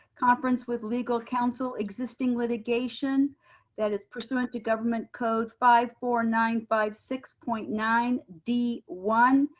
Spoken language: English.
conference with legal counsel existing litigation that is pursuant to government code five four nine five six point nine d one,